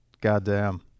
Goddamn